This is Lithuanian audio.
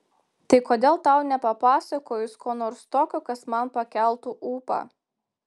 tai kodėl tau nepapasakojus ko nors tokio kas man pakeltų ūpą